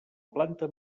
planta